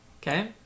Okay